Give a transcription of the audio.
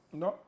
no